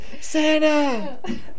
Santa